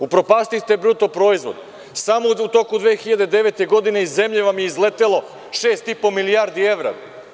Upropastiste bruto proizvode, samo u toku 2009. godine iz zemlje vam je izletelo 6,5 milijardi evra.